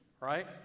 Right